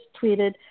tweeted